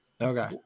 Okay